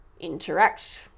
interact